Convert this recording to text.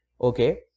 okay